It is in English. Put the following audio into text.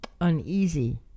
uneasy